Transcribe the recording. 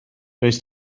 does